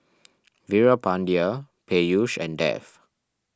Veerapandiya Peyush and Dev